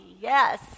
yes